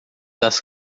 das